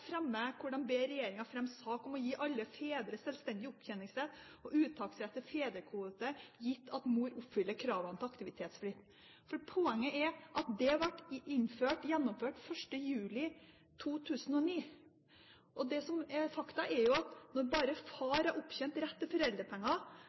sak om å gi alle fedre selvstendig opptjeningsrett og uttaksrett til fedrekvoten gitt at mor oppfyller kravene til aktivitetsplikt». Poenget er at det ble innført fra 1. juli 2009. Det som er fakta, er at når bare